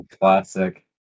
classic